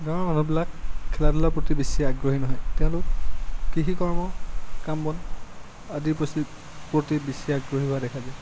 গাঁৱৰ মানুহবিলাক খেলা ধূলাৰ প্ৰতি বেছি আগ্ৰহী নহয় তেওঁলোক কৃষি কৰ্ম কাম বন আদিৰ প্ৰতি বেছি আগ্ৰহী হোৱা দেখা যায়